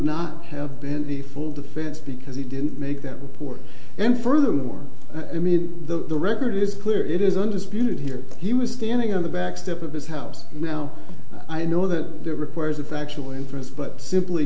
not have been the full defense because he didn't make that report and furthermore i mean the record is clear it is under spewed here he was standing on the back step of his house and now i know that requires a factual inference but simply